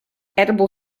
edible